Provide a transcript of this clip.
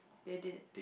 they did